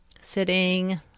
sitting